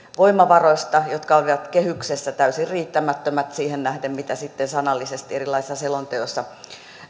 voimavaroista jotka olivat kehyksessä täysin riittämättömät siihen nähden mitä sitten sanallisesti erilaisissa selonteoissa